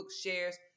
shares